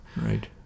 Right